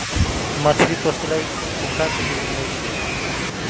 मछरी पोशे लागी पोखरि के जरूरी होइ छै